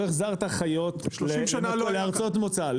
לא החזרת חיות לארצות מוצא.